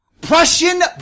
Prussian